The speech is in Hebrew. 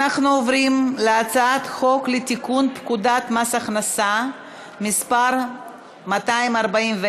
אנחנו עוברים להצעת חוק לתיקון פקודת מס הכנסה (מס' 241),